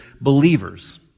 believers